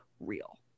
real